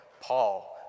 Paul